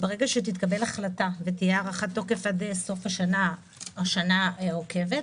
שתתקבל החלטה ותהיה הארכת תוקף עד סוף השנה או השנה העוקבת,